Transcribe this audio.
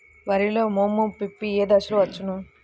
వరిలో మోము పిప్పి ఏ దశలో వచ్చును?